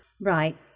Right